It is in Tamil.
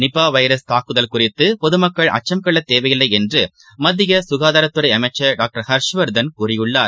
நிபாவைரஸ் காக்குகல் குறித்தபொதுமக்கள் அச்சம் கொள்ளதேவையில்லைஎன்றுமத்தியசுகாதாரத்துறைஅமைச்சர் டாக்டர் ஹர்ஷவர்தன் கூறியுள்ளார்